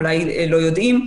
אולי לא יודעים,